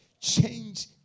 change